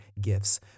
gifts